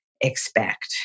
expect